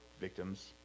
victims